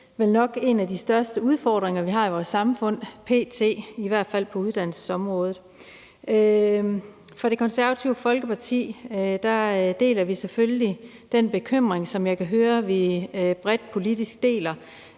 vel nok største udfordringer, vi p.t. har i vores samfund, i hvert fald på uddannelsesområdet. For i Det Konservative Folkeparti deler vi selvfølgelig den bekymring, som jeg også kan høre vi bredt politisk deler,